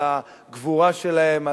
על הגבורה שלהם,